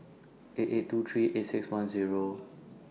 eight eight two three eight six one Zero